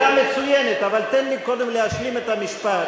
שאלה מצוינת, אבל תן לי קודם להשלים את המשפט.